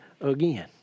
again